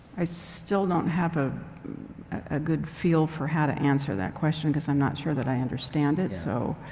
i still don't have ah a good feel for how to answer that question, cause i'm not sure that i understand it, so.